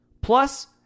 plus